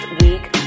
week